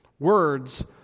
Words